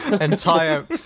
entire